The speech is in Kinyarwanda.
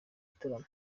gitaramo